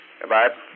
Goodbye